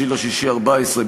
9 ביוני 2014,